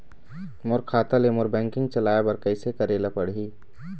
मोर खाता ले मोर बैंकिंग चलाए बर कइसे करेला पढ़ही?